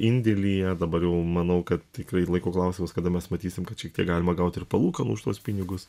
indėlyje dabar jau manau kad tikrai laiko klausimas kada mes matysim kad šiek tiek galima gaut ir palūkanų už tuos pinigus